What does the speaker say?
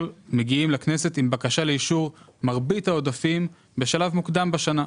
מגיעים לכנסת עם בקשה לאישור מרבית העודפים בשלב מוקדם בשנה,